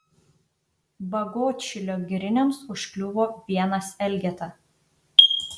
bagotšilio giriniams užkliuvo vienas elgeta